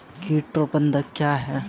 कीट प्रबंधन क्या है?